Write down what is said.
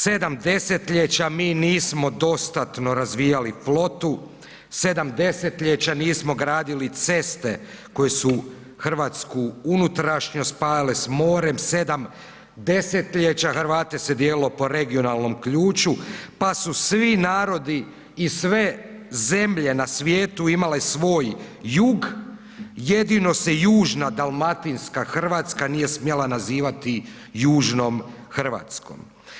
Sedam desetljeća mi nismo dostatno razvijali flotu, sedam desetljeća nismo gradili ceste koje su Hrvatsku unutrašnjost spajale s more, sedam desetljeća Hrvate se dijelilo po regionalnom ključu, pa su svi narodi i sve zemlje na svijetu imale svoj jug, jedino se južna dalmatinska Hrvatska nije smjela nazivati južnom Hrvatskom.